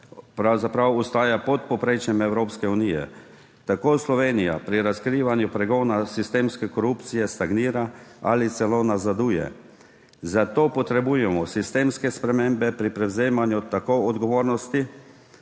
pravzaprav ostaja pod povprečjem Evropske unije. Tako Slovenija pri razkrivanju pregona sistemske korupcije stagnira ali celo nazaduje. Zato potrebujemo sistemske spremembe pri prevzemanju odgovornosti